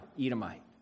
Edomite